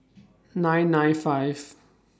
nine nine five